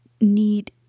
need